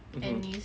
mmhmm